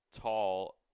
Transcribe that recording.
tall